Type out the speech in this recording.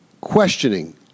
questioning